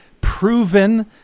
proven